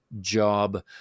job